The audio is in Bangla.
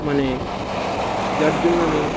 মানে যার জন্য আমি